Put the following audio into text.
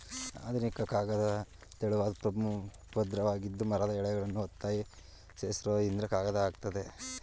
ಆಧುನಿಕ ಕಾಗದ ತೆಳುವಾದ್ ಪದ್ರವಾಗಿದ್ದು ಮರದ ಎಳೆಗಳನ್ನು ಒತ್ತಾಗಿ ಸೇರ್ಸೋದ್ರಿಂದ ಕಾಗದ ಆಗಯ್ತೆ